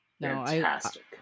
Fantastic